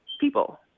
people